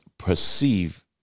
perceive